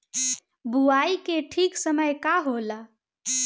बुआई के ठीक समय का होला?